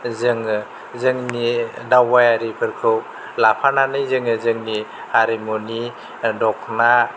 जोङो जोंनि दावबायारिफोरखौ लाफानानै जोङो जोंनि हारिमुनि दख'ना